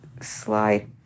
slide